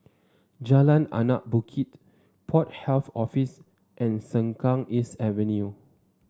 Jalan Anak Bukit Port Health Office and Sengkang East Avenue